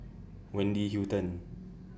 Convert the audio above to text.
Wendy Hutton